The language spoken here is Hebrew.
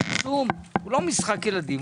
הפרסום הוא לא משחק ילדים,